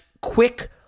quick